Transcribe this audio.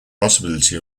possibility